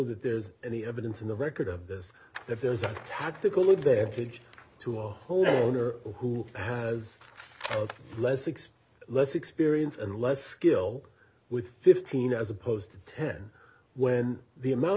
that there's any evidence in the record of this that there's a tactical advantage to homeowner who has less six less experience and less skill with fifteen as opposed to ten when the amount